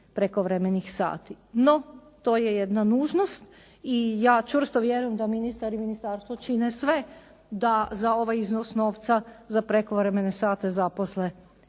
prekovremenih sati. No, to je jedna nužnost i ja čvrsto vjerujem da ministar i ministarstvo čine sve da za ovaj iznos novca za prekovremene sate zaposle